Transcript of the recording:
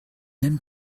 aiment